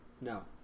No